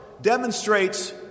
demonstrates